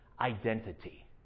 identity